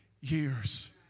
years